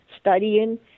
studying